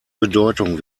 bedeutung